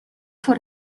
for